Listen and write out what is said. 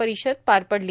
परिषद पार पडली